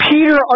Peter